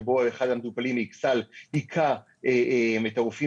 שבו אחד המטופלים מאכסאל היכה את הרופאים